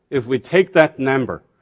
if we take that number,